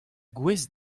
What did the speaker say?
gouest